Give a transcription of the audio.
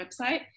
website